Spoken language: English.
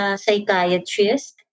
psychiatrist